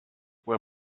were